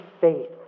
faith